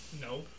No